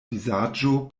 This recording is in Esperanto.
vizaĝo